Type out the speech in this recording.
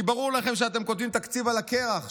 כי ברור לכם שאתם כותבים תקציב על הקרח,